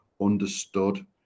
understood